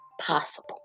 possible